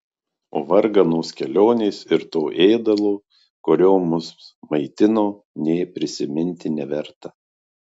o varganos kelionės ir to ėdalo kuriuo mus maitino nė prisiminti neverta